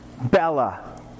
Bella